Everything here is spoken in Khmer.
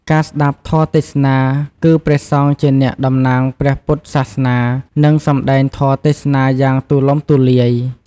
ការស្ដាប់ធម៌ទេសនា គឺព្រះសង្ឃជាអ្នកតំណាងព្រះពុទ្ធសាសនា នឹងសម្ដែងធម៌ទេសនាយ៉ាងទូលំទូលាយ។